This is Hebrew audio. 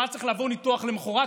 והוא היה צריך לעבור ניתוח למוחרת,